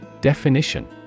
Definition